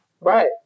Right